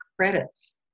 credits